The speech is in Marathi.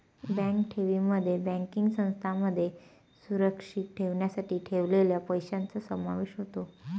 बँक ठेवींमध्ये बँकिंग संस्थांमध्ये सुरक्षित ठेवण्यासाठी ठेवलेल्या पैशांचा समावेश होतो